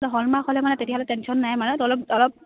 হ'ল মাৰ্ক হ'লে মানে তেতিয়া হ'লে টেনছন নাই মানে অলপ অলপ